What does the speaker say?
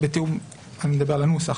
אני מדבר על הנוסח,